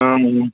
অঁ